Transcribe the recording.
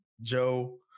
Joe